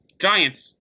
Giants